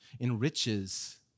enriches